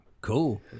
Cool